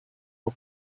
può